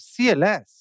CLS